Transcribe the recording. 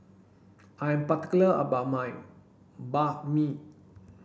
I am particular about my Banh Mi